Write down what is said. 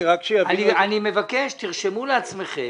תרשמו לעצמכם.